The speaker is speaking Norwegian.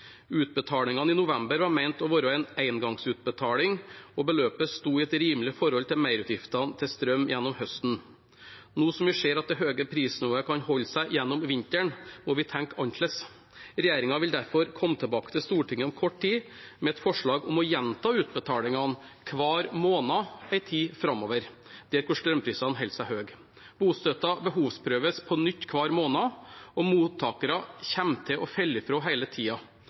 Utbetalingene i november var ment å være en engangsutbetaling, og beløpet sto i et rimelig forhold til merutgiftene til strøm gjennom høsten. Nå som vi ser at det høye prisnivået kan holde seg gjennom vinteren, må vi tenke annerledes. Regjeringen vil derfor komme tilbake til Stortinget om kort tid med et forslag om å gjenta utbetalingene hver måned en tid framover der hvor strømprisene holder seg høye. Bostøtten behovsprøves på nytt hver måned, og mottakere kommer til og faller fra